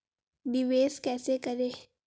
निवेश कैसे करें?